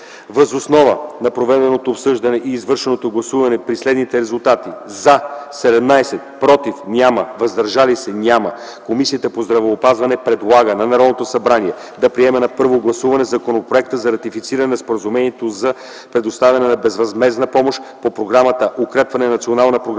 Въз основа на проведеното обсъждане и извършеното гласуване при следните резултати: „за” – 17, „против” – няма, „въздържали се” – няма, Комисията по здравеопазването предлага на Народното събрание да приеме на първо гласуване Законопроект за ратифициране на Споразумението за предоставяне на безвъзмездна помощ по Програмата „Укрепване на Националната програма